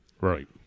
Right